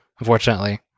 unfortunately